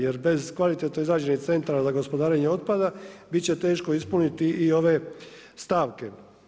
Jer bez kvalitetno izrađenih centara za gospodarenje otpada bit će teško ispuniti i ove stavke.